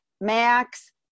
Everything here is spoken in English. Max